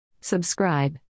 Subscribe